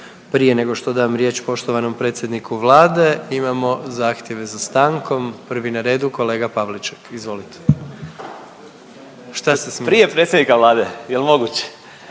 Prije nego što dam riječ poštovanom predsjedniku Vlade, imamo zahtjeve za stankom. Prvi na redu, kolega Pavliček. Izvolite. **Pavliček, Marijan